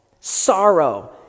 sorrow